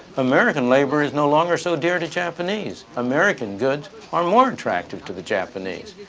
american labor is no longer so dear to japanese. american goods are more attractive to the japanese.